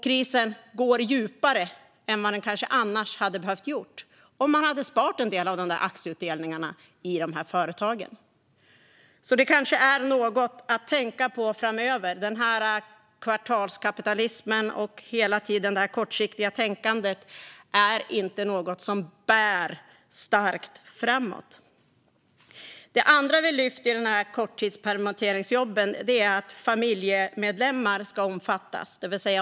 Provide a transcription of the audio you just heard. Krisen går djupare än vad den annars kanske hade behövt göra om man hade sparat en del av de aktieutdelningarna i företagen. Det kanske är något att tänka på framöver. Kvartalskapitalismen och det kortsiktiga tänkandet hela tiden är inte något som bär starkt framåt. Det andra vi lyfter fram när det gäller korttidspermitteringsjobben är att familjemedlemmar ska omfattas.